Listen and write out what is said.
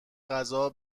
غذا